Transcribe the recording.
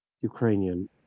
Ukrainian